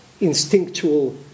instinctual